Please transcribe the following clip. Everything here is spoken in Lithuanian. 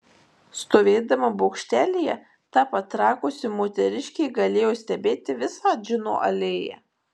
stovėdama bokštelyje ta patrakusi moteriškė galėjo stebėti visą džino alėją